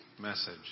message